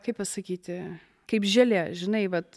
kaip pasakyti kaip želė žinai vat